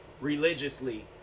religiously